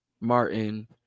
Martin